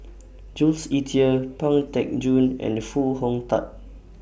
Jules Itier Pang Teck Joon and Foo Hong Tatt